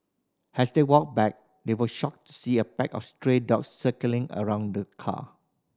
as they walked back they were shocked to see a pack of stray dogs circling around the car